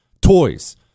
Toys